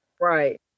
Right